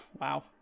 Wow